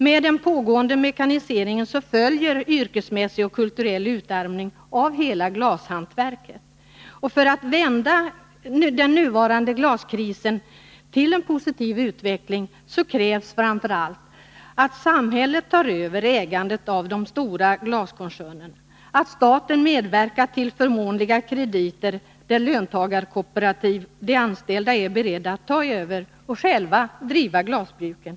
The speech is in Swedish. Med den pågående mekaniseringen följer yrkesmässig och kulturell utarmning av glashantverket. För att vända den nuvarande glaskrisen till en positiv utveckling krävs framför allt att samhället tar över ägandet av den stora glaskoncernen och att staten medverkar till förmånliga krediter i de fall där löntagarkooperativ, de anställda, är beredda att ta över och själva driva glasbruken.